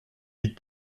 vite